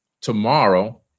tomorrow